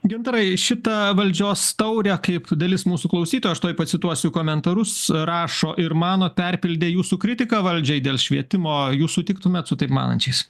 gintarai šitą valdžios taurę kaip dalis mūsų klausytų aš tuoj pacituosiu komentarus rašo ir mano perpildė jūsų kritiką valdžiai dėl švietimo jūs sutiktumėt su taip manančiais